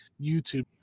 YouTube